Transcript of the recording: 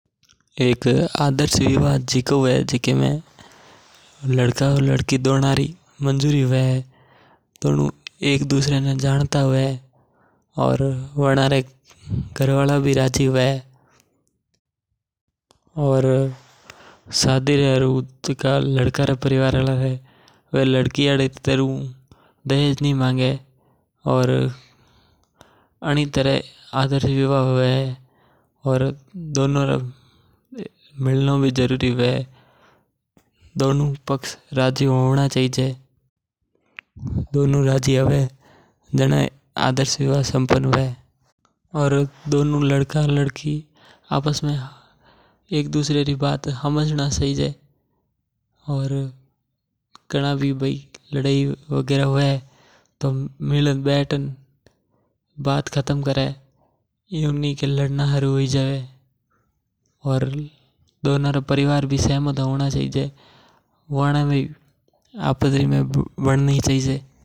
एक आदर्श विवाह जीको हवे जिके में लड़को और लड़की दोणा री मंजूरी हवे। वणा रे घर वाला भी राजी हवे और शादी रे हारु जिका लड़का रे परिवार वाला हवे वे दहेज नी मांगे। दोणो पक्ष राजी हवे और कोई मांग नी करे जना आदर्श व्याव सम्पन्न हवे। और काणा भी लड़ाई वेगरा हवे तो मिल बैठ ने बात खातम करे इयू नी के लड़णा हरु हू जावे।